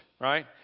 right